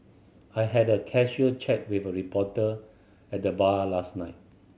I had a casual chat with a reporter at the bar last night